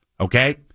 Okay